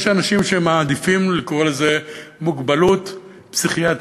יש אנשים שמעדיפים לקרוא לזה מוגבלות פסיכיאטרית.